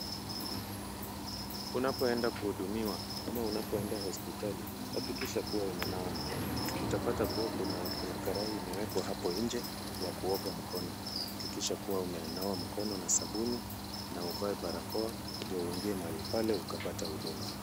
Unapoenda kuhudumiwa au unapoenda hospitali hakikisha kuwa umenawa mikono. Utapata kuna karai imewekwa hapo ya kuoga mkono. Hakikisha kuwa umeoga mkono na sabuni noe barakoa ndo uongee mahali pale na ukapate huduma.